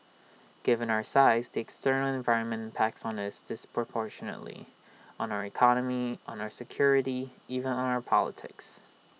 given our size the external environment impacts for us disproportionately on our economy on our security even on our politics